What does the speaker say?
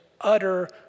utter